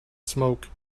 smoke